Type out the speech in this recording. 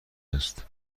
است